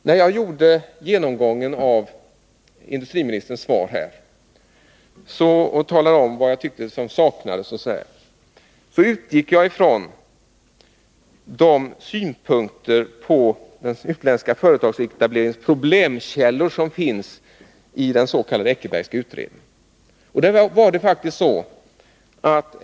När jag gick igenom industriministerns svar och talade om vad jag tyckte det var som saknades, utgick jag från de synpunkter på problemen med utländska företags etableringar som finns i den s.k. Eckerbergska utredningen.